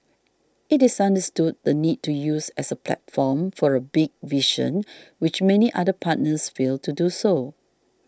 it is understood the need to use as a platform for a big vision which many other partners fail to do so